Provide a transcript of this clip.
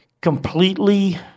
completely